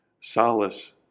Solace